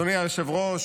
אדוני היושב-ראש,